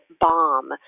bomb